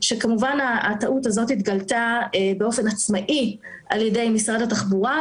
שכמובן הטעות הזאת התגלתה באופן עצמאי על ידי משרד התחבורה,